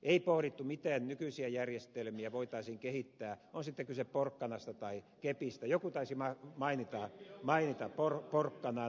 ei pohdittu miten nykyisiä järjestelmiä voitaisiin kehittää on sitten kyse porkkanasta tai kepistä joku taisi mainita porkkanan